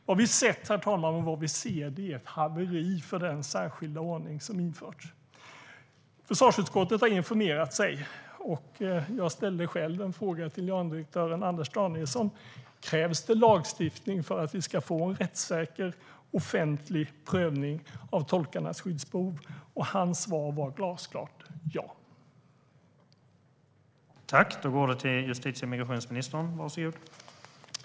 Vad vi har sett och vad vi ser, herr talman, är ett haveri för den särskilda ordning som har införts. Försvarsutskottet har informerat sig, och jag ställde själv en fråga till generaldirektören Anders Danielsson rörande om det krävs lagstiftning för att vi ska få rättssäker offentlig prövning av tolkarnas skyddsbehov. Hans svar var glasklart: ja.